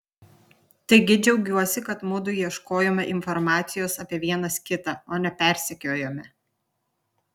taigi džiaugiuosi kad mudu ieškojome informacijos apie vienas kitą o ne persekiojome